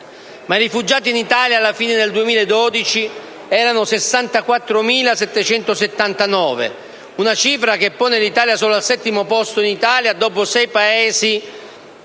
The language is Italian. ma i rifugiati in Italia, alla fine del 2012, erano 64.779, una cifra che pone il nostro Paese solo al settimo posto in Europa, dopo sei Paesi